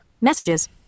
Messages